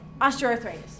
Osteoarthritis